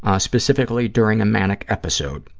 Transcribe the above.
ah specifically during a manic episode.